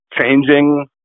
changing